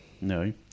no